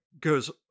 goes